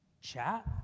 chat